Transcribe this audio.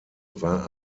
war